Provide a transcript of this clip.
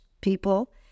people